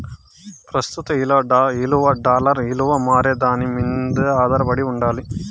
ప్రస్తుత ఇలువ డాలర్ ఇలువ మారేదాని మింద ఆదారపడి ఉండాలి